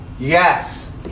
Yes